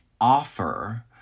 offer